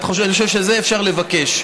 אני חושב שאת זה אפשר לבקש,